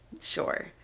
sure